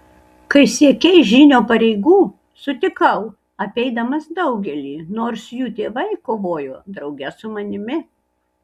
kai siekei žynio pareigų sutikau apeidamas daugelį nors jų tėvai kovojo drauge su manimi